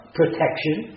protection